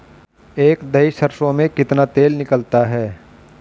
एक दही सरसों में कितना तेल निकलता है?